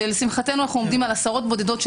ולשמחתנו אנו עומדים על עשרות בודדות של